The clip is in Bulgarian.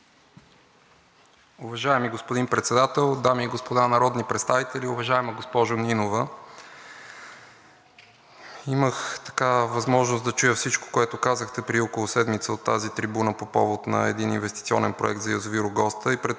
Уважаеми господин Председател, дами и господа народни представители! Уважаема госпожо Нинова, имах такава възможност да чуя всичко, което казахте, преди около седмица от тази трибуна по повод на един инвестиционен проект за язовир „Огоста“.